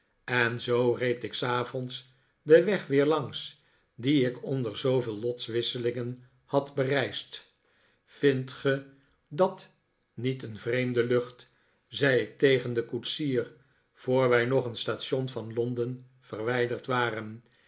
en zoo reed ik s avonds den weg weer langs dien ik onder zooveel lotswisselingen had bereisd vindt ge dat niet een vreemde lucht zei ik tegen den koetsier voor wij nog een station van londen verwijderd waren